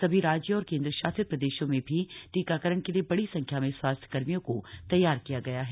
सभी राज्यों और केंद्र शासित प्रदेशों में भी टीकाकरण के लिए बड़ी संख्या में स्वास्थ्यकर्मियों को तैयार किया गया है